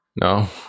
No